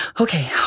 Okay